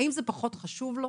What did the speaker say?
האם זה פחות חשוב לו?